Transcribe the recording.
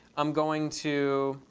i'm going to